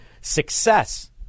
success